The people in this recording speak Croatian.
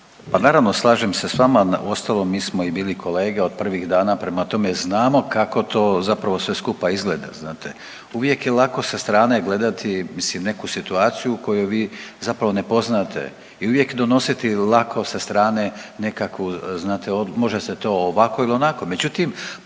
Pa naravno slažem se s vama, uostalom mi smo i bili kolege od prvih dana prema tome znamo kako to zapravo sve skupa izgleda znate. Uvijek je lako sa strane gledati mislim neku situaciju koju vi zapravo ne poznate i uvijek donositi lako sa strane nekakvu znate može se to ovako ili onako.